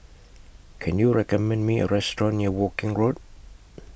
Can YOU recommend Me A Restaurant near Woking Road